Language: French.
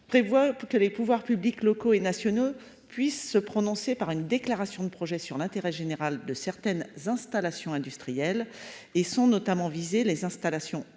prévoit pour que les pouvoirs publics locaux et nationaux puissent se prononcer par une déclaration de projet sur l'intérêt général de certaines installations industrielles et sont notamment visés les installations industrielles